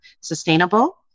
sustainable